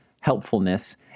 helpfulness